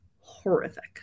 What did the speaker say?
horrific